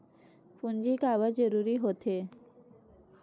पूंजी का बार जरूरी हो थे?